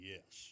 Yes